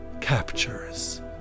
captures